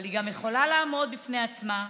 אבל היא גם יכולה לעמוד בפני עצמה.